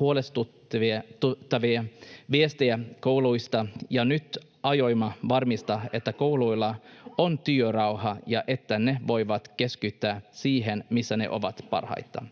huolestuttavia viestejä kouluista, ja nyt aiomme varmistaa, että kouluilla on työrauha ja että ne voivat keskittyä siihen, missä ne ovat parhaita.